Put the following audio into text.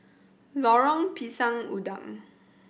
Lorong Pisang Udang